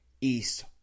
East